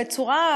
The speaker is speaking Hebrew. בצורה,